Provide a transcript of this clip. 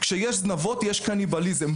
כשיש זנבות יש קניבליזם,